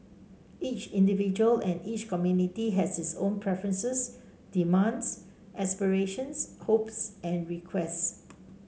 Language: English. each individual and each community has its own preferences demands aspirations hopes and requests